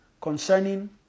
concerning